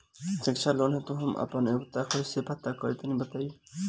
शिक्षा लोन हेतु हम आपन योग्यता कइसे पता करि तनि बताई?